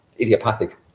idiopathic